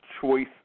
choice